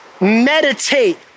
meditate